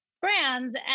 brands